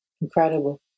incredible